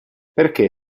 perché